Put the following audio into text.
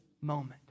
moment